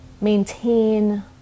maintain